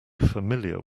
familiar